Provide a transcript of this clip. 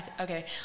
okay